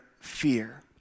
fear